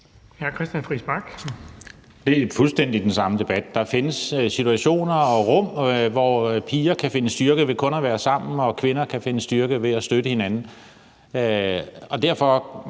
Det er fuldstændig den samme debat. Der findes situationer og rum, hvor piger kan finde styrke ved kun at være sammen med hinanden og kvinder kan finde styrke ved at støtte hinanden. Derfor